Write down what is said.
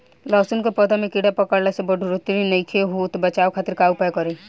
लहसुन के पौधा में कीड़ा पकड़ला से बढ़ोतरी नईखे होत बचाव खातिर का उपाय करी?